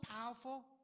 powerful